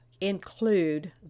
include